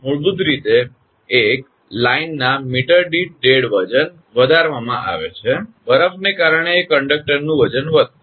મૂળભૂત રીતે એક લાઇનના મીટર દીઠ ડેડ વજન વધારવામાં આવે છે બરફને કારણે એ કંડક્ટરનું વજન વધશે